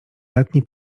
letni